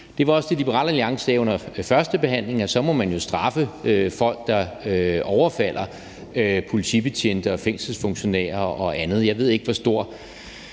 Det var også det, Liberal Alliance sagde under førstebehandlingen. Så må man jo straffe folk, der overfalder politibetjente, fængselsfunktionærer og andre. Jeg ved ikke, hvor stor